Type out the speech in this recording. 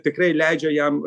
tikrai leidžia jam